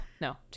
no